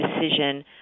decision